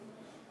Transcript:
פיצול דירות) (הוראת שעה),